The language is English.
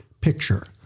picture